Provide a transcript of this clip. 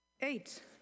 Eight